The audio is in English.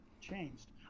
changed